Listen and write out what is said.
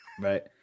Right